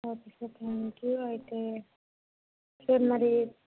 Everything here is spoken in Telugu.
ఓకే సార్ థ్యాంక్ యూ అయితే సార్ మరి